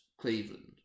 Cleveland